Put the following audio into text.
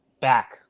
back